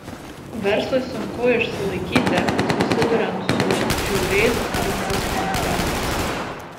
verslui sunku išsilaikyti susiduriant su žiauriais rinkos konkurentais